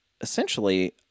essentially